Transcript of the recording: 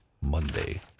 Monday